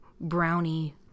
brownie